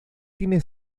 tiene